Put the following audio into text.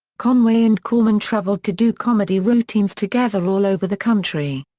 conway and korman traveled to do comedy routines together all over the country.